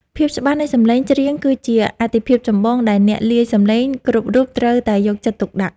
ភាពច្បាស់នៃសំឡេងច្រៀងគឺជាអាទិភាពចម្បងដែលអ្នកលាយសំឡេងគ្រប់រូបត្រូវតែយកចិត្តទុកដាក់។